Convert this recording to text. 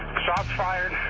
shots fired.